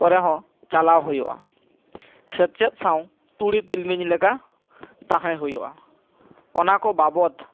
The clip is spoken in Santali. ᱠᱚᱨᱮ ᱦᱚᱸ ᱪᱟᱞᱟᱣ ᱦᱩᱭᱩᱜᱼᱟ ᱥᱮᱪᱮᱫ ᱥᱟᱶ ᱛᱩᱲᱤ ᱛᱤᱞᱢᱤᱧ ᱞᱮᱠᱟ ᱛᱟᱦᱮᱸ ᱦᱩᱭᱩᱜᱼᱟ ᱚᱱᱟ ᱠᱚ ᱵᱟᱵᱚᱫ